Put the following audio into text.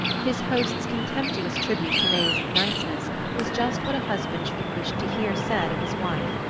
his host's contemptuous tribute to may's niceness was just what a husband should have wished to hear said of his wife.